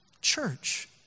church